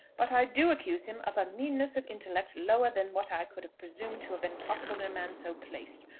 but i do accuse him of a meanness of intellect lower than what i could have presumed to have been possible in a man so placed.